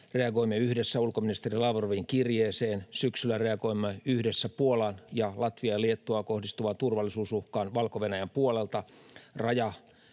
Reagoimme yhdessä ulkoministeri Lavrovin kirjeeseen. Syksyllä reagoimme yhdessä Puolaan ja Latviaan ja Liettuaan kohdistuneeseen turvallisuusuhkaan Valko-Venäjän puolelta